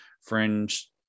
Fringe